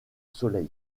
soleil